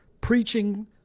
preaching